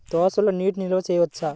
దోసలో నీటి నిల్వ చేయవచ్చా?